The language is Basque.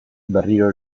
berriro